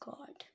God